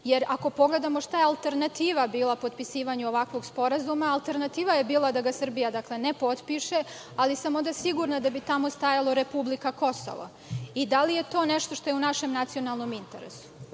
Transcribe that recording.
jer ako pogledamo šta je alternativa bila potpisivanju ovakvog sporazuma, alternativa je bila da ga Srbija ne potpiše, ali sam onda sigurna da bi tamo stajalo – republika Kosovo. Da li je to nešto što je u našem nacionalnom interesu?